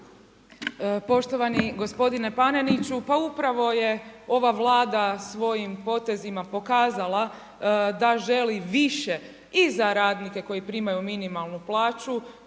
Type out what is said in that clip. Poštovani gospodine Paneniću, pa upravo je ova Vlada svojim potezima pokazala da želi više i za radnike koji primaju minimalnu plaću